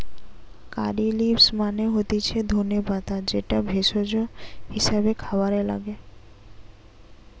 কারী leaves মানে হতিছে ধনে পাতা যেটা ভেষজ হিসেবে খাবারে লাগে